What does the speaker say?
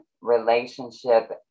relationship